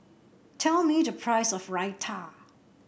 tell me the price of Raita